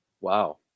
Wow